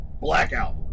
blackout